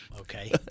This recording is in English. okay